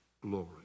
glory